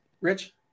Rich